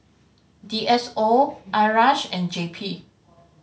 D S O IRAS and J P